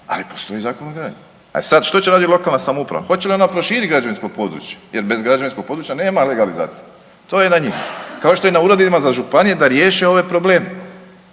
Ali postoji Zakon o gradnji. E sad što će radit lokalna samouprava? Hoće li ona proširit građevinsko područje? Jer bez građevinskog područja nema legalizacije. To je na njima. Kao što je na …/govornik se ne razumije/… županije da riješe ove probleme,